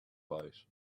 byte